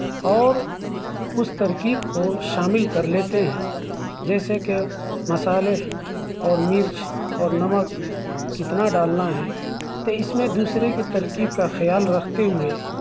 اور اس ترکیب کو شامل کر لیتے ہیں جیسے کہ مصالحے اور مرچ اور نمک کتنا ڈالنا ہے تو اس میں دوسرے کے ترکیب کا خیال رکھتے ہوئے